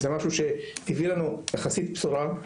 זה משהו שהביא לנו יחסית בשורה.